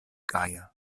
gaja